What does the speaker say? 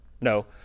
No